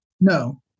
No